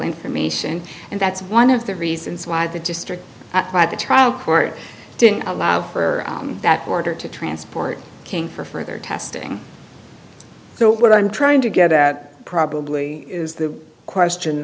information and that's one of the reasons why the district by the trial court didn't allow for that order to transport king for further testing so what i'm trying to get at probably is the question